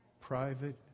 Private